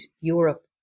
Europe